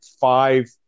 five